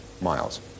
miles